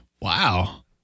Wow